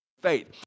faith